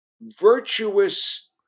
virtuous